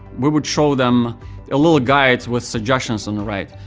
we would show them a little guide with suggestions on the right.